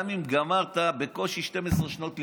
גם אם גמרת בקושי 12 שנות לימוד.